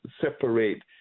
separate